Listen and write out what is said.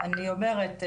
אני אומרת,